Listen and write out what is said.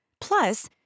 Plus